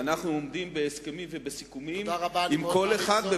אנחנו עומדים בהסכמים ובסיכומים עם כל אחד,